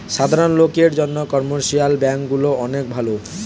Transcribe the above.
সাধারণ লোকের জন্যে কমার্শিয়াল ব্যাঙ্ক গুলা অনেক ভালো